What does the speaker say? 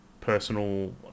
personal